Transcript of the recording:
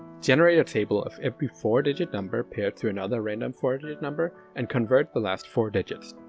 generate a table of every four digit number paired to another random four digit number, and convert the last four digits.